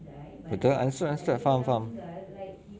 betul understood understood I faham faham